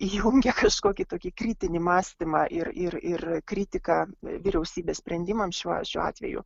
įjungia kažkokį tokį kritinį mąstymą ir ir ir kritiką vyriausybės sprendimams šiuo šiuo atveju